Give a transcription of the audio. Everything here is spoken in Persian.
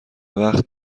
وقت